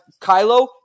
kylo